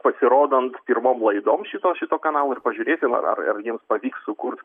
pasirodant pirmom laidom šito šito kanalo ir pažiūrėti ar ar jiems pavyks sukurt